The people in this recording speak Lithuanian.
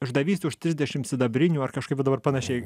išdavystė už trisdešimt sidabrinių ar kažkaip dabar panašiai